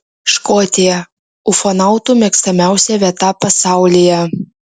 škotija ufonautų mėgstamiausia vieta pasaulyje